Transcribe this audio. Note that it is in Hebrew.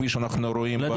כפי שאנחנו רואים.